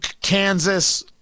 Kansas